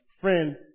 friend